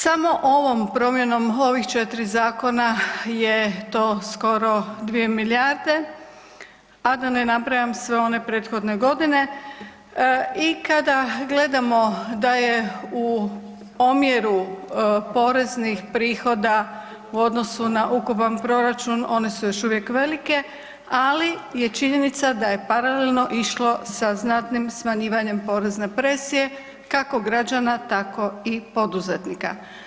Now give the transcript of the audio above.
Samo ovom promjenom ovih 4 zakona je to skoro 2 milijarde, a da ne nabrajam sve one prethodne godine i kada gledamo da je u omjeru poreznih prihoda u odnosu na ukupan proračun one su još uvijek velike, ali je činjenica da je paralelno išlo sa znatnim smanjivanjem porezne presije kako građana tako i poduzetnika.